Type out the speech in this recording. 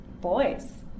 boys